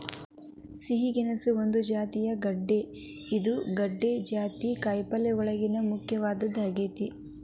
ಸಿಹಿ ಗೆಣಸು ಒಂದ ಜಾತಿಯ ಗೆಡ್ದೆ ಇದು ಗೆಡ್ದೆ ಜಾತಿಯ ಕಾಯಪಲ್ಲೆಯೋಳಗ ಮುಖ್ಯವಾದದ್ದ ಆಗೇತಿ